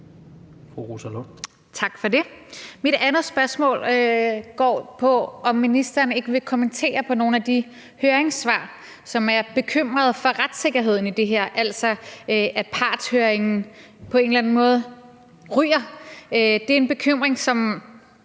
Mit andet spørgsmål går på, om ministeren ikke vil kommentere på nogle af de høringssvar, som er bekymrede for retssikkerheden i det her, altså for, at partshøringen på en eller anden måde ryger. Det er en bekymring, som